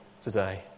today